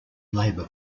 labor